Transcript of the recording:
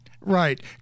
right